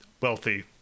wealthy